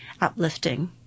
uplifting